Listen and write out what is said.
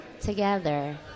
together